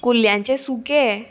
कुल्याचें सुकें